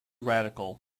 radical